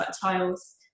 tiles